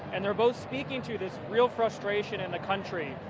and they are both speaking to this real frustration in the country,